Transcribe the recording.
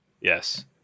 Yes